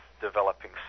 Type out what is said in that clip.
developing